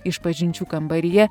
išpažinčių kambaryje